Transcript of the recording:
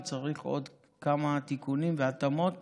וצריך עוד כמה תיקונים והתאמות